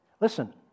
Listen